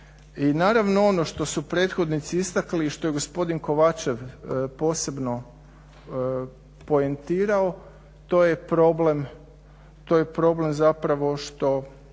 I naravno ono što su prethodnici istakli i što je gospodin Kovačev posebno poentirao to je problem zapravo što